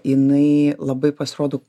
jinai labai pasirodo